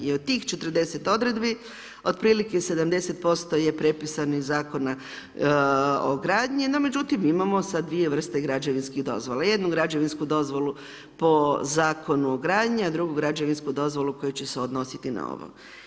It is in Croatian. I od tih 40 odredbi, otprilike 70% je prepisano iz Zakona o gradnji no međutim imamo sad dvije vrste građevinskih dozvola, jednu građevinsku dozvolu po zakonu o gradnji a drugu građevinsku dozvolu koja će se odnositi na ovo.